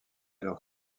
leur